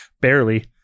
Barely